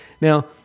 Now